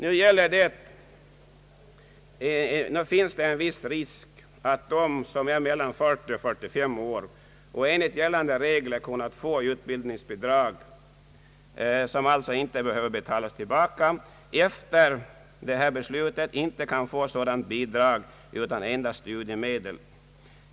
Nu finns det en viss risk att de som är mellan 40 och 45 år och enligt gällande regler kunnat få utbildningsbidrag — som alltså inte behöver betalas tillbaka — efter dagens beslut inte kan få sådant bidrag utan endast studiemedel.